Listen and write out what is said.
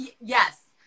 yes